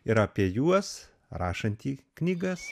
ir apie juos rašantį knygas